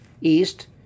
east